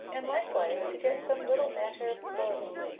and likewise to get some little matter of clothing,